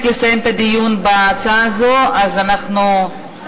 לסיים את הדיון בהצעה הזאת אנחנו נעצור,